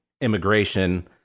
immigration